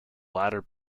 latter